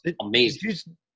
amazing